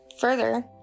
Further